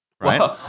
Right